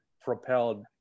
propelled